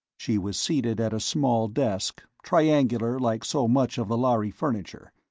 she was seated at a small desk, triangular like so much of the lhari furniture,